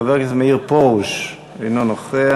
חבר הכנסת מאיר פרוש, אינו נוכח,